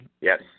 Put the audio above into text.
Yes